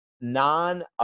non